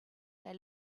they